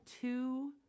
two